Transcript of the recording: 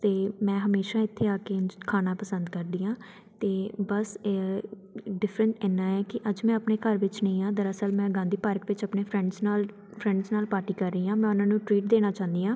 ਅਤੇ ਮੈਂ ਹਮੇਸ਼ਾ ਇੱਥੇ ਆ ਕੇ ਇੰਝ ਖਾਣਾ ਪਸੰਦ ਕਰਦੀ ਹਾਂ ਅਤੇ ਬਸ ਡਿਫਰੈਂਟ ਇੰਨਾ ਹੈ ਕਿ ਅੱਜ ਮੈਂ ਆਪਣੇ ਘਰ ਵਿੱਚ ਨਹੀਂ ਹਾਂ ਦਰਅਸਲ ਮੈਂ ਗਾਂਧੀ ਪਾਰਕ ਵਿੱਚ ਆਪਣੇ ਫਰੈਂਡਸ ਨਾਲ ਫਰੈਂਡਸ ਨਾਲ ਪਾਰਟੀ ਕਰ ਰਹੀ ਹਾਂ ਮੈਂ ਉਹਨਾਂ ਨੂੰ ਟ੍ਰੀਟ ਦੇਣਾ ਚਾਹੁੰਦੀ ਹਾਂ